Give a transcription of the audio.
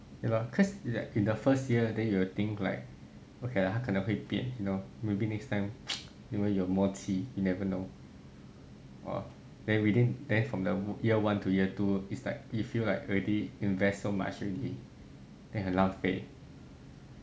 ya lor cause it's like in the first year then you will think like okay lah 他可能会变 you know maybe next time 你们有默契 you never know then within then from the year one to year two is like you feel like already invest so much already then 很浪费